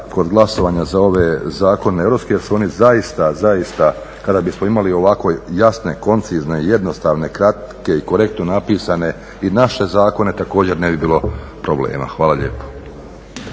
kod glasovanja za ove zakone europske jer su oni zaista, kada bismo imali ovako jasne, koncizne, jednostavne, kratke i korektno napisane i naše zakone, također ne bi bilo problema. Hvala lijepo.